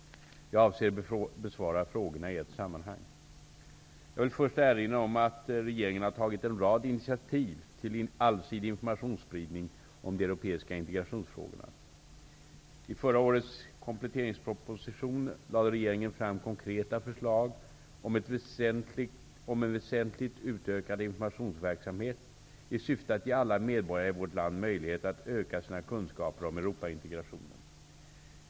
Jag avser besvara frågorna i ett sammanhang. Jag vill först erinra om att regeringen har tagit en rad initiativ till en allsidig informationsspridning om de europeiska integrationsfrågorna. I förra årets kompletteringsproposition lade regeringen fram konkreta förslag om en väsentligt utökad informationsverksamhet i syfte att ge alla medborgare i vårt land möjlighet att öka sina kunskaper om Europaintegrationen.